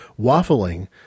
waffling